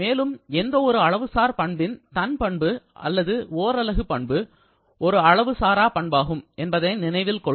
மேலும் எந்த ஒரு அளவுசார் பண்பின் தன் பண்பு அல்லது ஓரலகு பண்பு ஒரு அளவு சாரா பண்பாகும் என்பதனை நினைவில் கொள்க